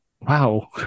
Wow